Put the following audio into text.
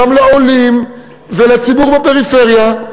גם לעולים ולציבור בפריפריה.